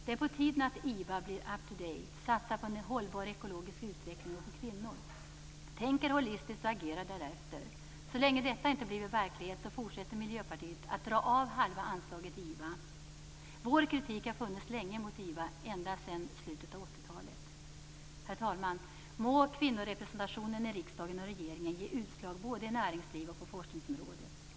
Det är på tiden att IVA blir up-to-date, satsar på en hållbar ekologisk utveckling och på kvinnor samt tänker holistiskt och agerar därefter. Så länge detta inte blivit verklighet fortsätter Miljöpartiet att yrka på neddragning av halva anslaget till IVA. Vår kritik mot IVA har funnits länge, ända sedan slutet av 80-talet. Herr talman! Må kvinnorepresentationen i riksdag och regering ge utslag både i näringslivet och på forskningsområdet.